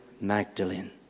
Magdalene